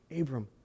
Abram